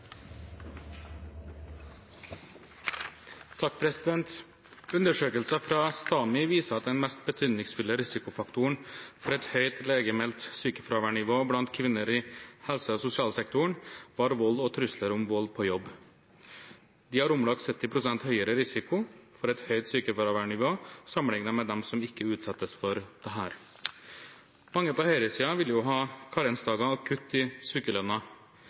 fra STAMI viser at den mest betydningsfulle risikofaktoren for et høyt legemeldt sykefraværnivå blant kvinner i helse- og sosialsektoren, var vold og trusler om vold på jobb. De har om lag 70 pst. høyere risiko for et høyt sykefraværnivå sammenliknet med dem som ikke utsettes for dette. Mange på høyresiden vil ha karensdager og kutt i